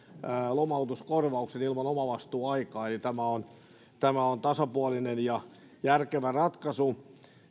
lomautuskorvauksen ilman omavastuuaikaa eli tämä on tasapuolinen ja järkevä ratkaisu